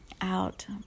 out